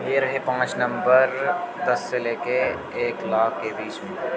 यह रहे पांच नंबर दस से लेके एक लाख के बीच में